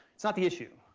that's not the issue.